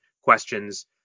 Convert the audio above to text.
questions